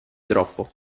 troppo